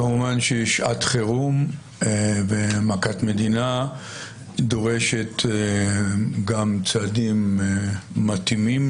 כמובן ששעת חירום ומכת מדינה דורשת גם צעדים מתאימים